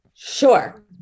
Sure